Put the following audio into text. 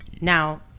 Now